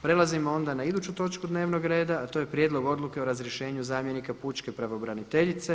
Prelazimo onda na iduću točku dnevnog reda, a to je: - Prijedlog odluke o razrješenju zamjenika pučke pravobraniteljice.